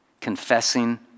confessing